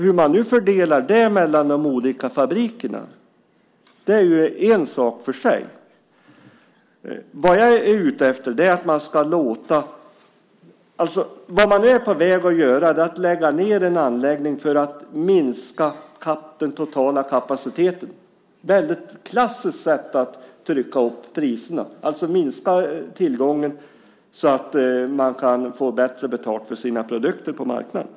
Hur man fördelar det mellan de olika fabrikerna är en sak för sig. Vad man nu är på väg att göra är att lägga ned en anläggning för att minska den totala kapaciteten. Det är ett klassiskt sätt att trycka upp priserna, att minska tillgången så att man kan få bättre betalt för sina produkter på marknaden.